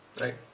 right